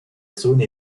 zone